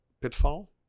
pitfall